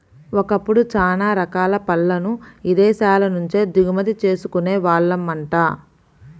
ఒకప్పుడు చానా రకాల పళ్ళను ఇదేశాల నుంచే దిగుమతి చేసుకునే వాళ్ళమంట